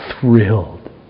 thrilled